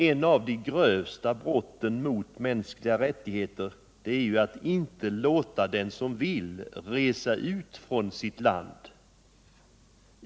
Ett av de grövsta brotten mot mänskliga rättigheter är att inte låta den som så vill resa ut från sitt land.